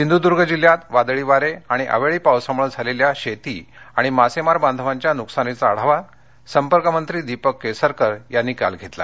सिंधूद्र्ग जिल्ह्यात वादळी वारे आणि अवेळी पावसामुळं झालेल्या शेती आणि मासेमार बांधवांच्या नुकसानीचा आढावा संपर्क मंत्री दीपक केसरकर यांनी काल घेतला